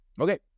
Okay